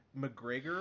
McGregor